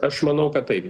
aš manau kad taip